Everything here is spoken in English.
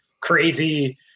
crazy